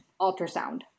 ultrasound